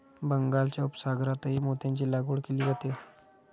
बंगालच्या उपसागरातही मोत्यांची लागवड केली जाते